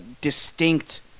distinct